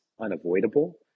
unavoidable